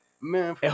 man